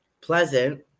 pleasant